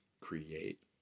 create